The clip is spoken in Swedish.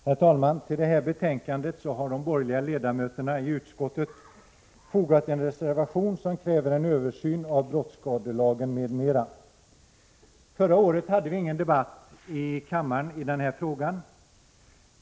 Herr talman! Till det här betänkandet har de borgerliga ledamöterna i utskottet fogat en reservation, i vilken de kräver en översyn av brottsskadelagen m.m. Förra året hade vi ingen debatt i kammaren i den här frågan.